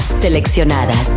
Seleccionadas